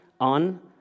on